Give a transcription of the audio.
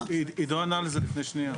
עידו ענה על זה לפני שנייה.